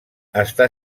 està